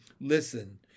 Listen